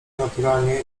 naturalnie